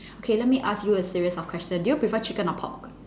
okay let me ask you a series of question do you prefer chicken or pork